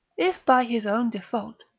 if by his own default,